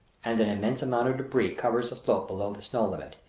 and an immense amount of debris covers the slope below the snow-limit,